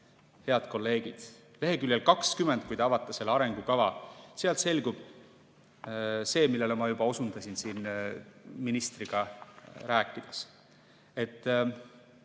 Head kolleegid, leheküljel 20, kui te avate selle arengukava, selgub see, millele ma juba osutasin siin ministriga rääkides,